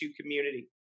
community